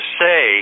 say